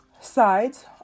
sides